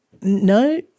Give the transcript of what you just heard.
no